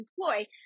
employ